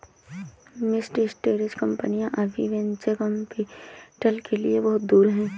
mid stage कंपनियां अभी venture capital के लिए बहुत दूर हैं